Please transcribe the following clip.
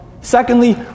Secondly